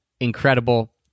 incredible